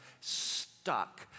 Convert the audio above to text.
stuck